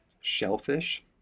shellfish